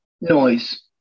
noise